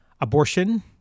Abortion